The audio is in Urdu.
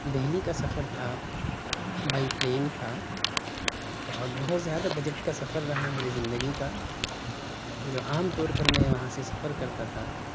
دہلی کا سفر تھا بائی پلین تھا بہت بہت زیادہ بجٹ کا سفر رہا میری زندگی کا جو عام طور پر میں وہاں سے سفر کرتا تھا